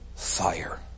fire